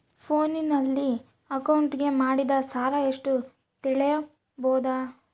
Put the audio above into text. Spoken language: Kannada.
ಫೋನಿನಲ್ಲಿ ಅಕೌಂಟಿಗೆ ಮಾಡಿದ ಸಾಲ ಎಷ್ಟು ತಿಳೇಬೋದ?